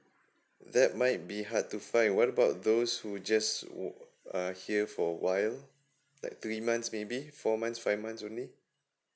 that might be hard to find what about those who just wa~ uh here for a while like three months maybe four months five months only